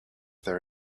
there